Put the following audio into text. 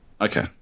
Okay